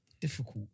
difficult